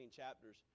chapters